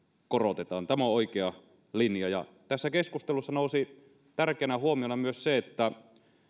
korotetaan tämä on oikea linja tässä keskustelussa nousi tärkeänä huomiona esiin myös se että